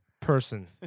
person